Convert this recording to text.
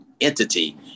entity